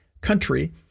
country